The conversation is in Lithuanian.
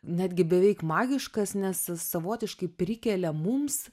netgi beveik magiškas nes savotiškai prikelia mums